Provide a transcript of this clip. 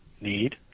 need